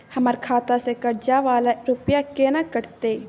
हमर खाता से कर्जा वाला रुपिया केना कटते?